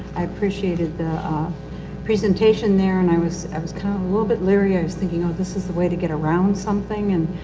i appreciated the ah presentation there and i was i was kinda a little bit leery. i was thinking, oh this is the way to get around something and,